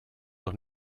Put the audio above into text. doch